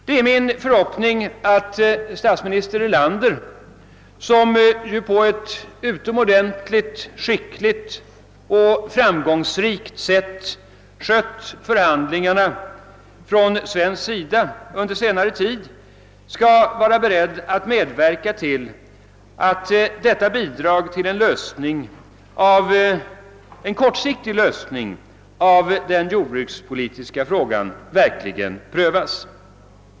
Det är min förhoppning att statsminister Erlander, som ju på ett utomordentligt skickligt och framgångsrikt sätt har skött förhandlingarna från svensk sida under senare tid, skall vara beredd att medverka till att detta bidrag till en kortsiktig lösning av den jordbrukspolitiska frågan verkligen prövas.